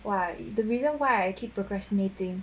!wah! the reason why I keep procrastinating